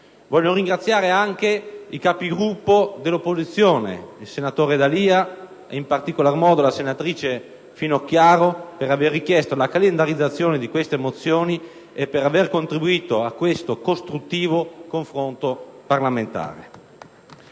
Voglio ringraziare anche i Capigruppo dell'opposizione - il senatore D'Alia ed in particolar modo la senatrice Finocchiaro - per aver richiesto la calendarizzazione di queste mozioni e per aver contribuito a questo costruttivo confronto parlamentare.